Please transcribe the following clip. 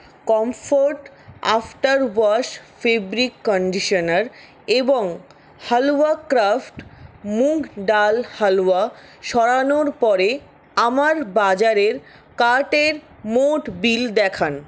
comfort after wash fabric conditioner এবং halwa craft moong dal halwa সরানোর পরে আমার বাজারের কার্টের মোট বিল দেখান